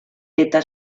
eta